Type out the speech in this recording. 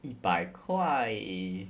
一百块